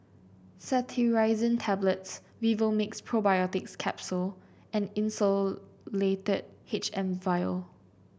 Cetirizine Tablets Vivomixx Probiotics Capsule and Insulatard H M vial